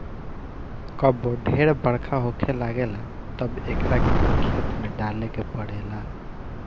कबो ढेर बरखा होखे लागेला तब एकरा के खेत में डाले के पड़ेला